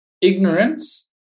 Ignorance